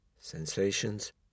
Sensations